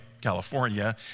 California